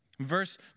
Verse